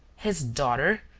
his daughter,